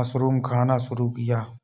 mushroom खाना शुरू किया